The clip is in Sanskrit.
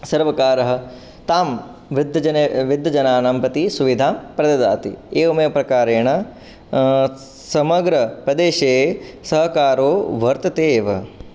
सर्वकारः तां वृद्धजनानां प्रति सुविधां प्रददाति एवमेव प्रकारेण समग्रप्रदेशे सहकारो वर्तते एव